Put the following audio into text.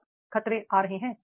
क्या खतरे आ रहे हैं